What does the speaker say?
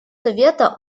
совета